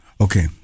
Okay